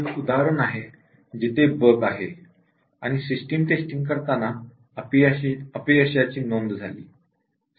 हे एक उदाहरण आहे जिथे बग आहे आणि सिस्टम टेस्टिंग करताना फेलियरची नोंद झाली